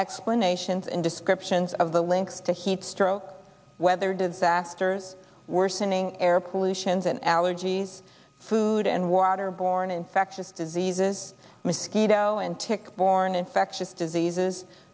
explanations and descriptions of the links to heat stroke weather disasters worsening air pollution allergies food and water borne infectious diseases mosquito and tick borne infectious diseases